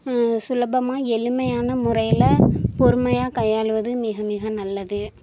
சுலபமாக எளிமையான முறையில் பொறுமையாகே கையாளுவது மிக மிக நல்லது